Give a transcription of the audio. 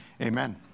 Amen